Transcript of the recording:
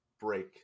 break